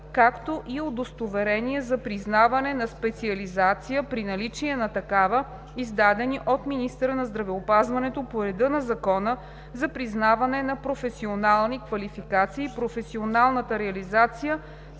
както и удостоверение за признаване на специализация, при наличие на такава, издадени от министъра на здравеопазването по реда на Закона за признаване на професионални квалификации. Професионалната реализация